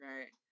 Right